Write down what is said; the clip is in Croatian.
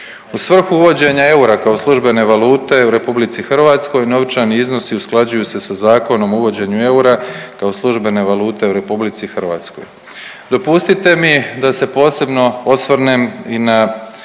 U svrhu uvođenja eura kao službene valute u RH novčani iznosi usklađuju se sa Zakonom o uvođenju eura kao službene valute u RH. Dopustite mi da se posebno osvrnem i na